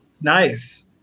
Nice